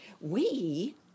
We